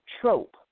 trope